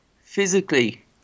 physically